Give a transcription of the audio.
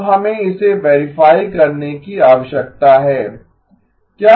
अब हमें इसे वेरीफाई करने की आवश्यकता है